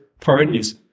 parties